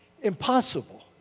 Impossible